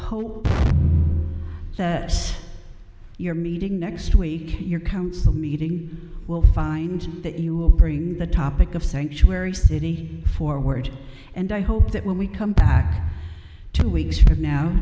will your meeting next week your council meeting will find that you will bring the topic of sanctuary city forward and i hope that when we come back two weeks from now